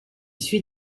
suit